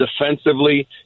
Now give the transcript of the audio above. defensively